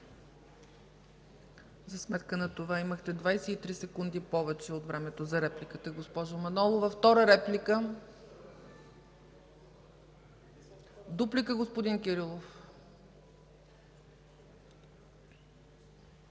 За сметка на това имахте 23 секунди повече от времето за репликата, госпожо Манолова. Втора реплика? Дуплика – господин Кирилов.